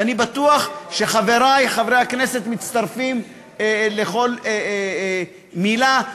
ואני בטוח שחברי חברי הכנסת מצטרפים לכל מילה.